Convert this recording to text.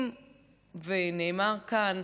נאמר כאן,